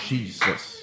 Jesus